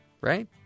right